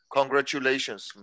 Congratulations